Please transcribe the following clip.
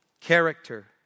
character